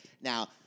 Now